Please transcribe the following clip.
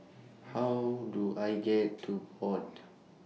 How Do I get to Board